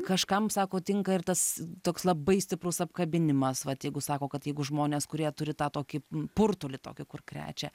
kažkam sako tinka ir tas toks labai stiprus apkabinimas vat jeigu sako kad jeigu žmonės kurie turi tą tokį purtulį tokį kur krečia